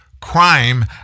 crime